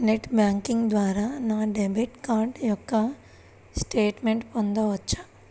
Net banking ద్వారా నా debit card యొక్క స్టేట్మెంట్ పొందవచ్చా?